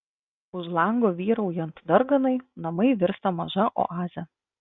už lango vyraujant darganai namai virsta maža oaze